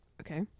Okay